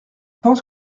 pense